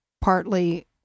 partly